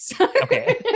okay